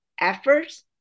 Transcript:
efforts